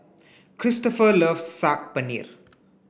Cristofer loves Saag Paneer